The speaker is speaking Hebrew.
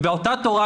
באותה תורה,